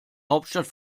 hauptstadt